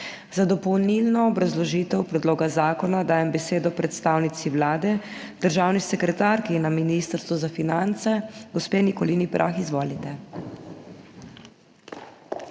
Za dopolnilno obrazložitev predloga zakona dajem besedo predstavnici Vlade, državni sekretarki na Ministrstvu za finance, gospe Nikolini Prah. Izvolite.